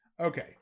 Okay